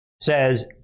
says